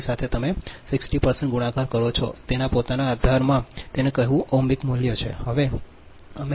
તેની સાથે તમે 60 ગુણાકાર કરો છો તેના પોતાના આધારમાં તેનું કહેવું ઓહમિક મૂલ્ય છે